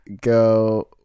go